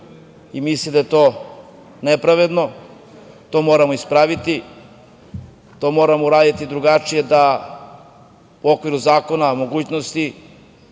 dana. Mislim da je to nepravedno, to moramo ispraviti. Moramo uraditi drugačije u okviru zakona i mogućnosti,